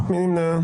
מי נמנע?